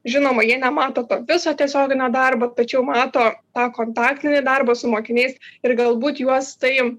žinoma jie nemato to viso tiesioginio darbo tačiau mato tą kontaktinį darbą su mokiniais ir galbūt juos tai